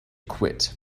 quit